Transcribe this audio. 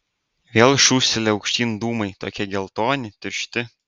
vėl šūstelėjo aukštyn dūmai tokie geltoni tiršti